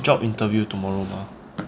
job interview tomorrow mah